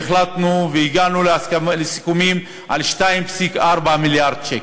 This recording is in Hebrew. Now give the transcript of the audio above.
והחלטנו והגענו לסיכומים על 2.4 מיליארד שקל.